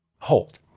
Hold